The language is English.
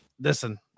listen